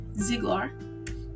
Ziglar